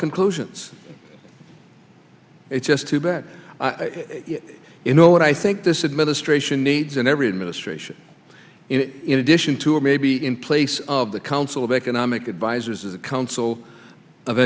conclusions it's just too bad you know what i think this administration needs and every administration in addition to or maybe in place of the council of economic advisors is a council of